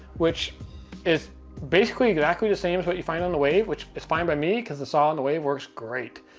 which is basically exactly the same as what you find on the wave, which is fine by me because the saw on the wave works great.